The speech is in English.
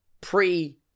pre